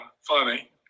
funny